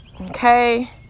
Okay